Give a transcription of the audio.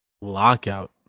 lockout